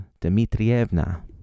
Dmitrievna